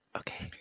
okay